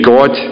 God